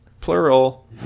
Plural